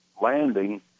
landing